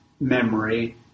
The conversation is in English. memory